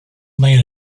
made